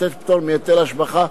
לתת פטור מהיטל השבחה,